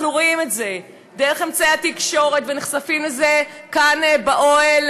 אנחנו רואים את זה דרך אמצעי התקשורת ונחשפים לזה כאן באוהל,